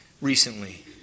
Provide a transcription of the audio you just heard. recently